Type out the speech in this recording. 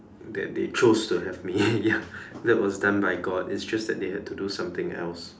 that they chose to have me ya that was done by god it's just that they had to do something else